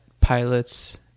pilots